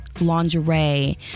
lingerie